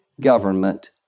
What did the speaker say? government